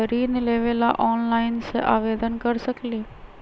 ऋण लेवे ला ऑनलाइन से आवेदन कर सकली?